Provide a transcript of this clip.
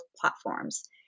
platforms